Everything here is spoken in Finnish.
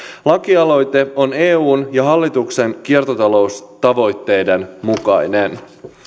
laki aloite on eun ja hallituksen kiertotaloustavoitteiden mukainen